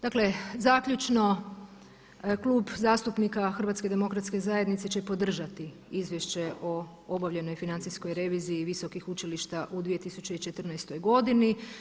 Dakle zaključno, Klub zastupnika HDZ-a će podržati izvješće o obavljenoj financijskoj reviziji visokih učilišta u 2014. godini.